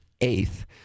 eighth